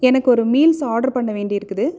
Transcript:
எனக்கு ஒரு meals order பண்ண வேண்டியிருக்குது